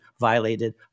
violated